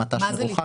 המט"ש מרוחק.